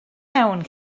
iawn